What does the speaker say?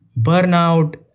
burnout